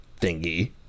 thingy